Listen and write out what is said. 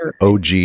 og